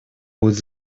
будет